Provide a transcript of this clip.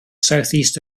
southeast